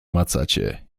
macacie